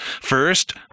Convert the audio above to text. First